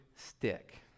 stick